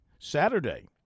Saturday